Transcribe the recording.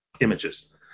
images